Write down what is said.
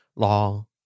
Law